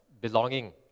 belonging